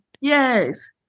Yes